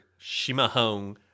Shimahong